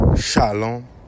Shalom